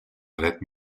dret